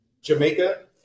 Jamaica